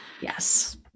yes